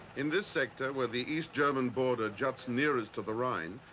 in this sector where the east german border juts nearest to the rhine,